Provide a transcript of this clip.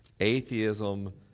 atheism